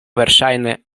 verŝajne